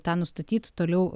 tą nustatyt toliau